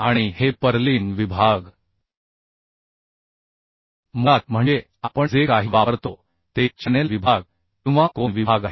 आणि हे पर्लिन विभाग मुळात म्हणजे आपण जे काही वापरतो ते चॅनेल विभाग किंवा कोन विभाग आहे